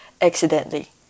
accidentally